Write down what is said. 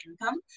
income